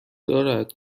دارد